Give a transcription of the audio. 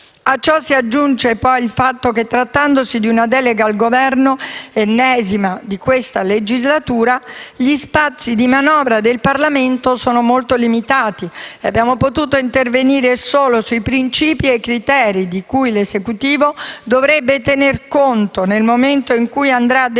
A ciò si aggiunge poi il fatto che, trattandosi di una delega al Governo, l'ennesima di questa legislatura, gli spazi di manovra del Parlamento sono molto limitati. Siamo potuti intervenire solamente sui principi e i criteri di cui l'Esecutivo dovrebbe tenere conto nel momento in cui andrà a definire